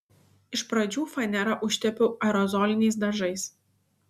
iš pradžių fanerą užtepiau aerozoliniais dažais